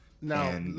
Now